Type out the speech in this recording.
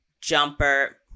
jumper